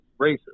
racist